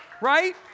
right